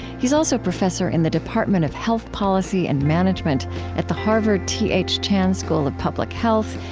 he's also professor in the department of health policy and management at the harvard t h. chan school of public health,